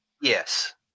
Yes